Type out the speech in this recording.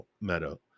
Meadow